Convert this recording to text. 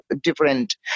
different